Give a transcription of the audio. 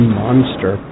monster